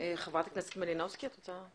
חברת הכנסת מלינובסקי, את רוצה להתייחס?